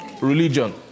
religion